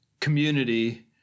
community